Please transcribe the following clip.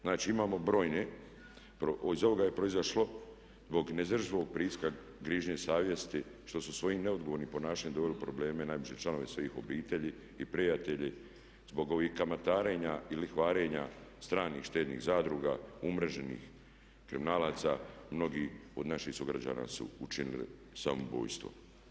Znači imamo brojne, iz ovog je proizlašlo, zbog neizdrživog pritiska grižnje savjesti što su svojim neodgovornim ponašanjem doveli u probleme najbliže članove svojih obitelji i prijatelja, zbog ovih kamatarenja i lihvarenja stranih štednih zadruga, umreženih kriminalaca mnogi od naših sugrađana su učinili samoubojstvo.